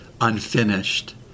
unfinished